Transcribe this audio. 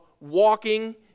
walking